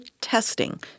testing